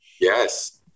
Yes